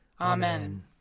Amen